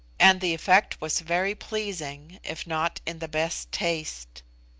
and the effect was very pleasing, if not in the best taste.